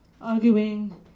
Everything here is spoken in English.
arguing